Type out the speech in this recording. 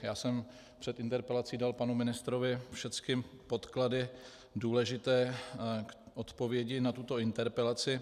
Já jsem před interpelací dal panu ministrovi všechny podklady důležité k odpovědi na tuto interpelaci.